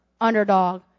underdog